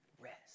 rest